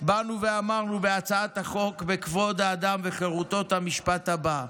באנו ואמרנו בהצעת החוק כבוד האדם וחירותו את המשפט הבא,